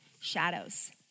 shadows